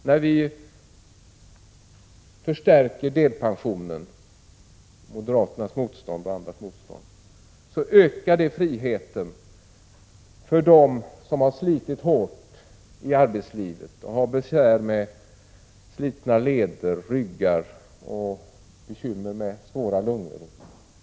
När vi förstärker delpensionen, trots motstånd från moderaterna och andra borgerliga, ökar det friheten för dem som haft ett hårt arbetsliv och fått besvär med slitna leder, dåliga ryggar och bekymmer med lungor som inte är friska.